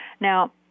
Now